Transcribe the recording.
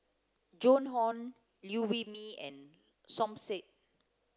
Joan Hon Liew Wee Mee and Som Said